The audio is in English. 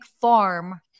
farm